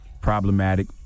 problematic